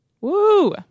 Woo